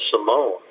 Simone